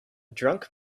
drunk